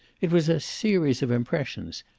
it was a series of impressions,